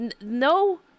no